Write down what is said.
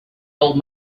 old